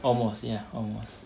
almost ya almost